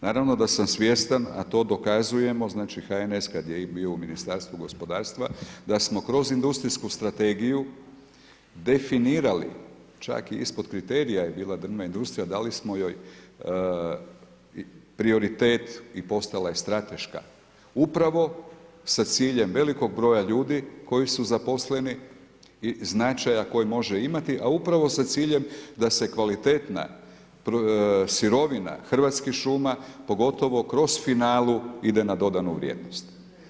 Naravno da sam svjestan, a to dokazujemo, znači HNS kad je bio u Ministarstvu gospodarstva, da smo kroz industrijsku strategiju definirali, čak i ispod kriterija je bila drvna industrija, dali smo joj prioritet i postala je strateška upravo sa ciljem velikog broja ljudi koji su zaposleni i značaja koji može imati, a upravo sa ciljem da se kvalitetna sirovina Hrvatskih šuma, pogotovo kroz finalu ide na dodanu vrijednost.